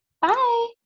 Bye